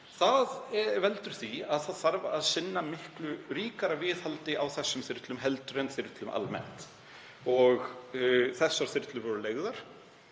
Það veldur því að það þarf að sinna miklu ríkara viðhaldi á þessum þyrlum en þyrlum almennt og þessar þyrlur voru leigðar.